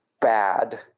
bad